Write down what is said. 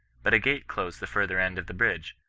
but a gate closed the fur ther end of the bridge,